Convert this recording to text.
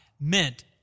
meant